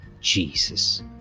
Jesus